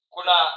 Kuna